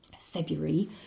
February